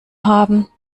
haben